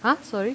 !huh! sorry